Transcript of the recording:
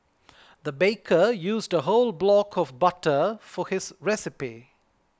the baker used a whole block of butter for his recipe